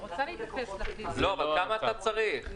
כמה אתה צריך?